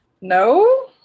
No